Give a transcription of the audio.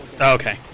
Okay